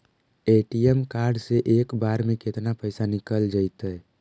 ATM card से एक बार में केतना पैसा निकल जइतै?